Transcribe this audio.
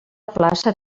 plaça